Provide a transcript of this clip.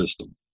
system